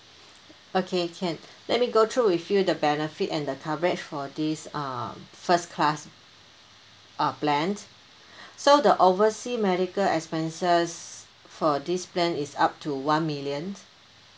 okay can let me go through with you the benefit and the coverage for this uh first class uh plan so the oversea medical expenses for this plan is up to one million